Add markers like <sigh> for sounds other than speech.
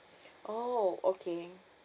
<breath> oh okay